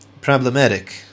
problematic